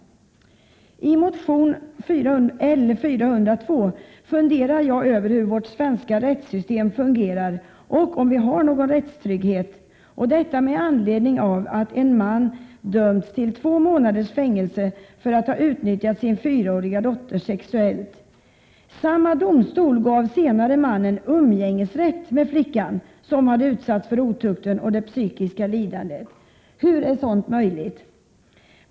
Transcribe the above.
1987/88:124 = Imotion L402 funderar jag över hur vårt svenska rättssystem fungerar och 20 maj 1988 om vi har någon rättstrygghet — detta med anledning av att en man dömts till två månaders fängelse för att ha utnyttjat sin fyraåriga dotter sexuellt. Samma domstol gav senare mannen umgängesrätt med flickan som utsatts för otukten och det psykiska lidandet. Hur är sådant möjligt?